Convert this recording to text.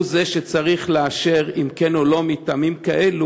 זה שצריך לאשר אם כן או לא מטעמים כאלו,